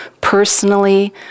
personally